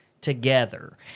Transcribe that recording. together